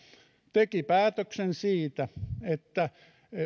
teki päätöksen siitä että